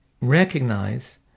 Recognize